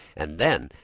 and then,